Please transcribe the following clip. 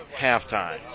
halftime